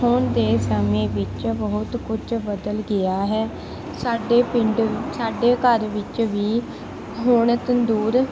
ਹੁਣ ਦੇ ਸਮੇਂ ਵਿੱਚ ਬਹੁਤ ਕੁਝ ਬਦਲ ਗਿਆ ਹੈ ਸਾਡੇ ਪਿੰਡ ਸਾਡੇ ਘਰ ਵਿੱਚ ਵੀ ਹੁਣ ਤੰਦੂਰ